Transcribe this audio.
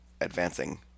advancing